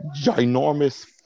ginormous